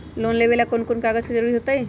Loan लेवेला कौन कौन कागज के जरूरत होतई?